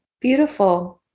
Beautiful